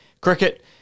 cricket